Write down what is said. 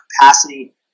capacity